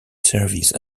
service